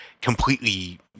completely